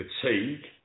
fatigue